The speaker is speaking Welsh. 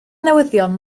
newyddion